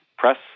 Press